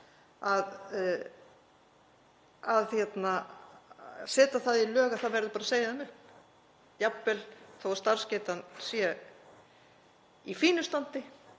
að setja það í lög að það verði bara að segja þeim upp jafnvel þó að starfsgetan sé í fínu standi